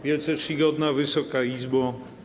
Wielce Czcigodna Wysoka Izbo!